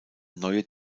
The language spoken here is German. neue